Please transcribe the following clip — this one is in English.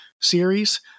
series